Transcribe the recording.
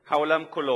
העולם כולו.